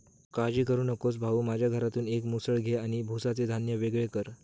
काळजी करू नकोस भाऊ, माझ्या घरातून एक मुसळ घे आणि भुसाचे धान्य वेगळे कर